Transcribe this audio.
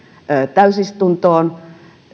täysistuntoon